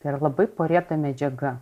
tai yra labai porėta medžiaga